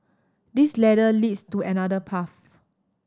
this ladder leads to another path